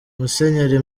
musenyeri